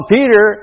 Peter